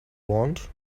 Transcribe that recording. want